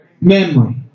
memory